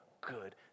good